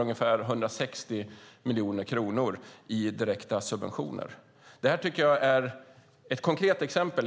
ungefär 160 miljoner kronor, tror jag, i direkta subventioner. Det är ett konkret exempel.